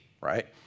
right